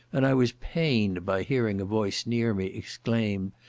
and i was pained by hearing a voice near me exclaim,